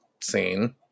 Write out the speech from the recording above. scene